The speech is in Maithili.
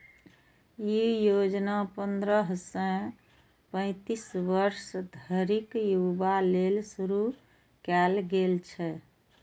ई योजना पंद्रह सं पैतीस वर्ष धरिक युवा लेल शुरू कैल गेल छै